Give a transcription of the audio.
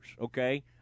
okay